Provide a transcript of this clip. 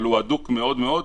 אבל הוא הדוק מאוד מאוד,